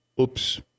Oops